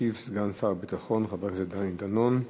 ישיב סגן שר הביטחון חבר הכנסת דני דנון.